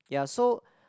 ya so